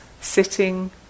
sitting